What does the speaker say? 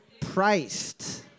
priced